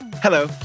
Hello